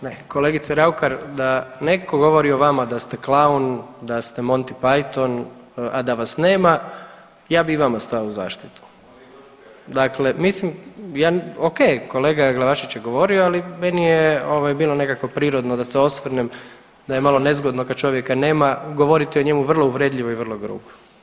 Ne, kolegice RAukar da neko govori o vama da ste klaun, da ste Monty Python, a da vas nema ja bi i vama stao u zaštitu, dakle mislim, ok, kolega Glavašević je govorio, ali meni je bilo nekako prirodno da se osvrnem da je malo nezgodno kad čovjeka nema govoriti o njemu vrlo uvredljivo i vrlo grubo.